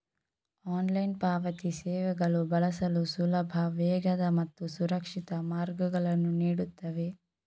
online ಪಾವತಿ ಸೇವೆಗಳು ಬಳಸಲು ಸುಲಭ, ವೇಗದ ಮತ್ತು ಸುರಕ್ಷಿತ ಮಾರ್ಗಗಳನ್ನು ನೀಡುತ್ತವೆ